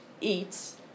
eats